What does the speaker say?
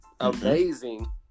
Amazing